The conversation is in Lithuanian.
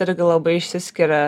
irgi labai išsiskiria